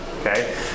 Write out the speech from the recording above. okay